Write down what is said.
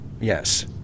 Yes